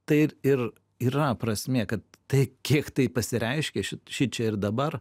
taip ir yra prasmė kad tai kiek tai pasireiškia šit šičia ir dabar